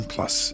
Plus